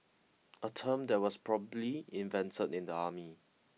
a term that was probably invented in the army